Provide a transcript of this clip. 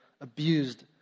abused